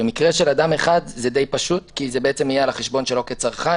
במקרה של אדם אחד זה די פשוט כי זה בעצם יהיה על החשבון שלו כצרכן,